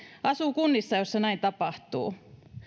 asuu kunnissa joissa näin tapahtuu